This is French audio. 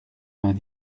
vingt